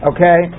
Okay